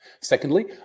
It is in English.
Secondly